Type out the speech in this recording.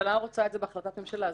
הממשלה רוצה את זה בהחלטת ממשלה,